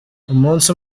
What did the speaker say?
umunsi